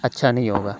اچھا نہیں ہوگا